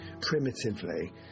primitively